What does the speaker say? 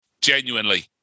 genuinely